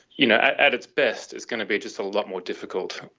you know, at its best it's going to be just a lot more difficult,